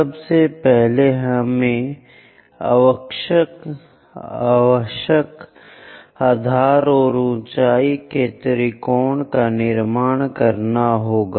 सबसे पहले हमें आवश्यक आधार और ऊंचाई के त्रिकोण का निर्माण करना होगा